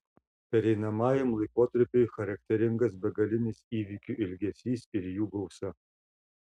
pereinamajam laikotarpiui charakteringas begalinis įvykių ilgesys ir jų gausa